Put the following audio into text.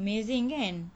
amazing kan